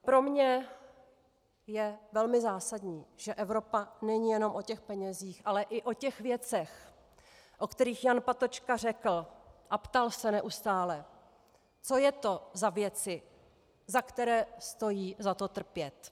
Pro mne je velmi zásadní, že Evropa není jenom o těch penězích, ale i o těch věcech, o kterých Jan Patočka řekl, a ptal se neustále, co je to za věci, za které stojí za to trpět.